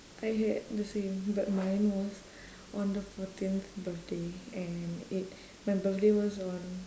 I had the same but mine was on the fourteenth birthday and it my birthday was on